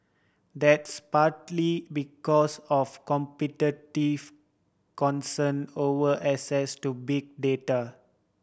that's partly because of competitive concern over access to big data